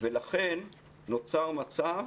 לכן נוצר מצב